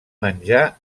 menjar